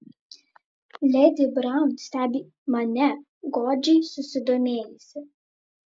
ledi braun stebi mane godžiai susidomėjusi